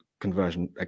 conversion